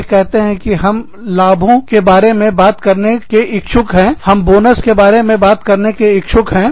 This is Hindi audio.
वे कहते हैं हम लाभों के बारे में बात करने के इच्छुक है हम बोनस के बारे में बात करने की इच्छुक हैं